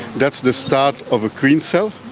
that's the start of a queen cell.